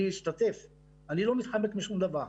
אני לא מתחמק משום דבר.